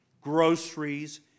groceries